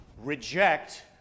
reject